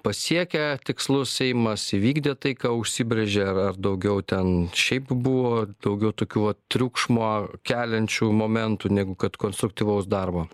pasiekė tikslus seimas įvykdė tai ką užsibrėžė ar ar daugiau ten šiaip buvo daugiau tokių va triukšmo keliančių momentų negu kad konstruktyvaus darbo